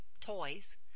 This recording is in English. toys